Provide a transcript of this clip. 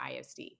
ISD